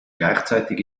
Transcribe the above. gleichzeitig